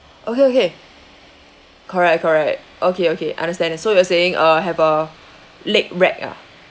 okay okay correct correct okay okay understand so you were saying uh have a leg rag ah